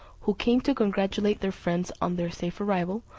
who came to congratulate their friends on their safe arrival,